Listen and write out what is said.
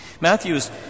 Matthew's